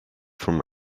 from